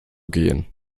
gehen